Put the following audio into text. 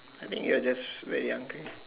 I think you are just very hungry